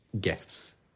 gifts